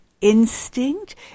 instinct